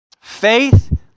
Faith